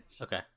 okay